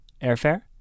Airfare